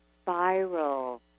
spiral